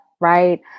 right